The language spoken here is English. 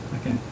Okay